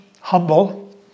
humble